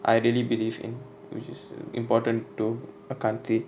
I really believe in which is important to a country